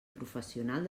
professional